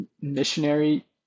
missionary